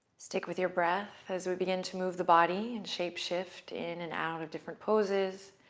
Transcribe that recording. stick with your breath as we begin to move the body and shape-shift in and out of different poses.